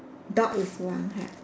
dog is one ha